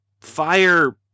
fire